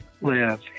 live